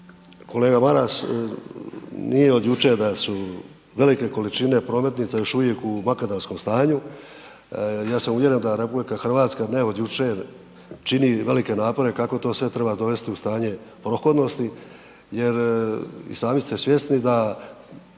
Kolega Maras, nije od jučer da su velike količine prometnica još uvijek u makadamskom stanju, ja sam uvjeren da RH ne od jučer čini velike napore kako to sve treba dovesti u stanje prohodnosti jer i sami ste svjesni da